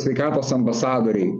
sveikatos ambasadoriai